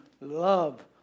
love